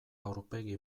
aurpegi